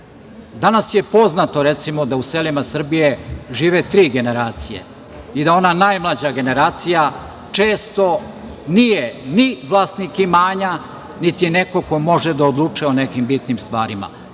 Danas je poznato da u selima Srbije žive tri generacije i da ona najmlađa generacija često nije ni vlasnik imanja, niti je neko ko može da odlučuje o nekim bitnim stvarima.